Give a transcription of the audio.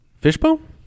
Fishbone